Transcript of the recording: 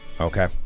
Okay